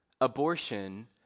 Abortion